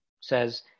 says